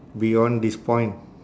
beyond this point